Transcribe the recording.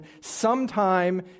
sometime